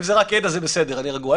אם זה רק עד, זה בסדר, אני רגוע.